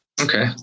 Okay